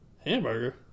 hamburger